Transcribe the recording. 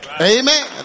Amen